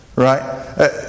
Right